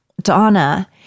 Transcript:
Donna